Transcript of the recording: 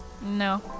No